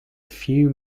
few